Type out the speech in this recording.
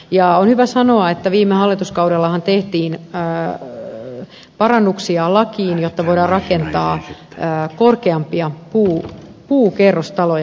on hyvä sanoa että viime hallituskaudellahan tehtiin parannuksia lakiin jotta voidaan rakentaa korkeampia puukerrostaloja